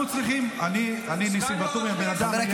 אנחנו צריכים, אני ניסים ואטורי, אני בן אדם.